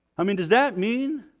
i mean does that mean